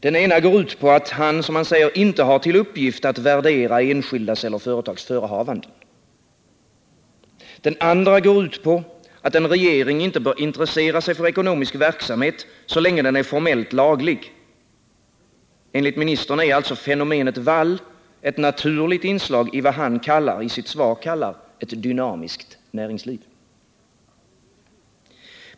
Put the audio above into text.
Den ena går ut på att han inte har till uppgift att värdera enskildas eller företags förehavanden. Den andra går ut på att en regering inte bör intressera sig för ekonomisk verksamhet så länge den är formellt laglig — enligt ministern är fenomenet Wall ett naturligt inslag i vad han i sitt svar kallar ett dynamiskt näringsliv.